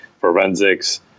forensics